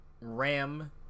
ram